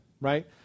right